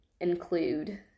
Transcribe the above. include